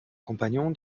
compagnon